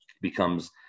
becomes